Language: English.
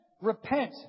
Repent